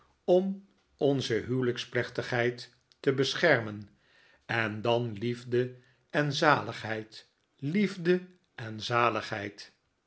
om onze huwelijksplechtigheid te beschermen en dan liefde en zaligheid liefde en zaligheid